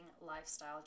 lifestyle